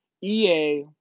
EA